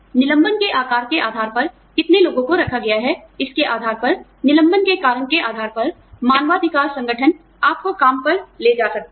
निलंबन के आकार के आधार पर कितने लोगों को रखा गया है इसके आधार पर निलंबन के कारण के आधार पर मानवाधिकार संगठन आपको काम पर ले जा सकते हैं